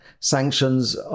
Sanctions